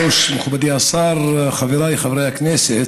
כבוד היושב-ראש, מכובדי השר, חבריי חברי הכנסת,